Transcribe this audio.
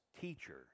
teacher